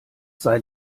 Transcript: sei